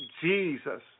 Jesus